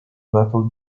battle